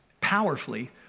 powerfully